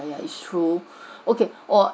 yeah it's true okay or